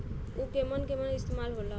उव केमन केमन इस्तेमाल हो ला?